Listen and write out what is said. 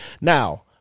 Now